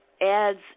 ads